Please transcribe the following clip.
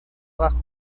abajo